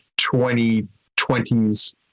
2020s